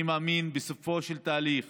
אני מאמין שבסופו של תהליך